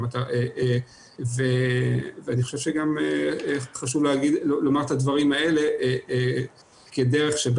אני חושב שגם חשוב לומר את הדברים האלה כדרך שבה